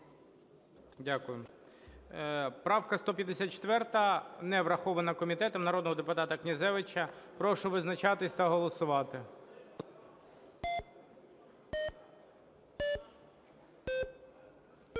Дякую. Правка 154, не врахована комітетом, народного депутата Князевича. Прошу визначатись та голосувати.